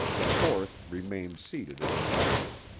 the fourth remained seated in the wagon.